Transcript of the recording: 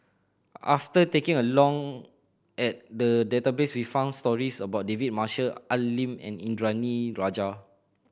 after taking a long at the database we found stories about David Marshall Al Lim and Indranee Rajah